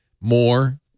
more